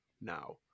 now